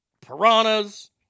piranhas